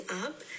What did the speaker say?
up